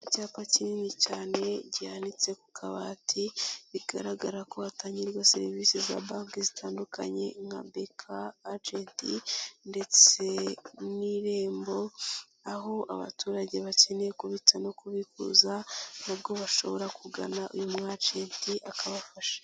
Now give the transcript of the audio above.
Icyapa kinini cyane, gihanitse ku kabati, bigaragara ko hatangirwa serivisi za banke zitandukanye nka BK ajenti ndetse n'irembo, aho abaturage bakeneye kubitsa no kubikuza na bwo bashobora kugana uyu mwajenti, akabafasha.